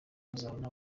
kuzabona